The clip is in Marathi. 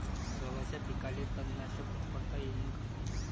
गव्हाच्या पिकाले तननाशक वापरता येईन का?